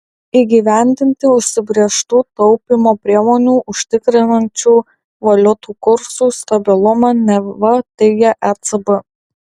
įgyvendinti užsibrėžtų taupymo priemonių užtikrinančių valiutų kursų stabilumą neva teigia ecb